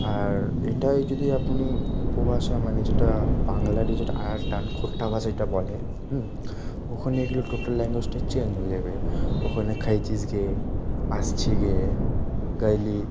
আর এটাই যদি আপনি উপভাষা মানে যেটা বাংলারই যেটা আর টান খোট্টা ভাষা এটা বলে ওখানে এগুলো টোটাল ল্যাঙ্গুয়েজটা চেঞ্জ হয়ে যাবে ওখানে খাইছিস গে আসছি গে গাইলি